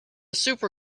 super